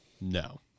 No